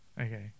okay